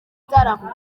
gitaramo